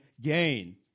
gain